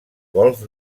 golf